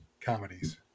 comedies